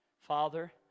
Father